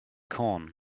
corn